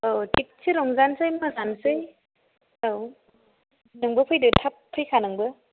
औ थिकसे रंजानोसै मोसानोसै औ नोंबो फैदो थाब फैखा नोंबो